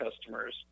customers